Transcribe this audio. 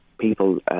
People